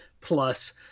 Plus